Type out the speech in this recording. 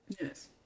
Yes